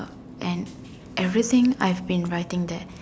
and everything I've been writing there